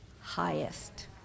highest